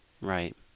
Right